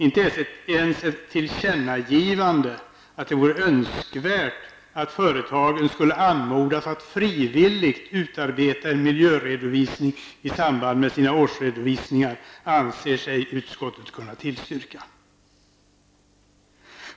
Inte ens ett tillkännagivande att det vore önskvärt att företagen skulle anmodas att frivilligt utarbeta en miljöredovisning i samband med sina årsredovisningar anser sig utskottet kunna tillstyrka.